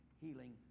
healing